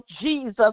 Jesus